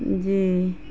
جی